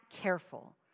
careful